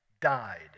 died